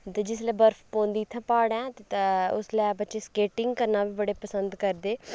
ते जिसलै बर्फ पौंदी इत्थै प्हाड़ें ते उसलै बच्चे स्केटिंग करना बी बड़ा पसंद करदे